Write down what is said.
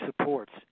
supports